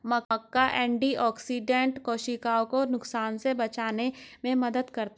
मक्का antioxidant कोशिकाओं को नुकसान से बचाने में मदद करता है